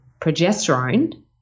progesterone